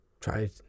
Try